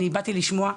אני באתי לשמוע,